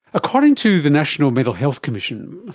according to the national mental health commission,